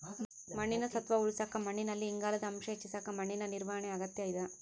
ಮಣ್ಣಿನ ಸತ್ವ ಉಳಸಾಕ ಮಣ್ಣಿನಲ್ಲಿ ಇಂಗಾಲದ ಅಂಶ ಹೆಚ್ಚಿಸಕ ಮಣ್ಣಿನ ನಿರ್ವಹಣಾ ಅಗತ್ಯ ಇದ